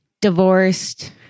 divorced